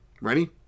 Ready